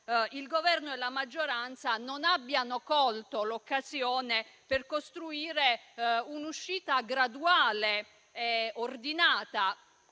il Governo e la maggioranza non abbiano colto l'occasione per costruire un'uscita graduale e ordinata,